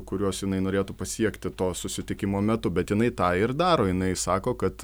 kuriuos jinai norėtų pasiekti to susitikimo metu bet jinai tą ir daro jinai sako kad